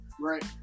Right